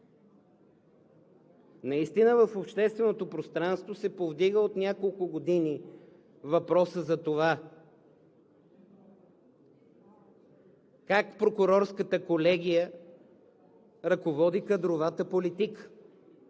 Наистина в общественото пространство се повдига от няколко години въпросът за това как Прокурорската колегия ръководи кадровата политика.